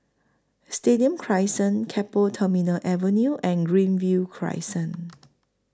Stadium Crescent Keppel Terminal Avenue and Greenview Crescent